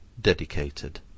dedicated